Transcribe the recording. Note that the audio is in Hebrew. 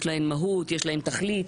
יש להן מהות, יש להן תכלית.